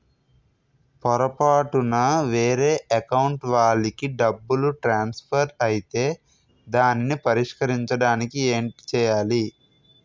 పొరపాటున వేరే అకౌంట్ వాలికి డబ్బు ట్రాన్సఫర్ ఐతే దానిని పరిష్కరించడానికి ఏంటి చేయాలి?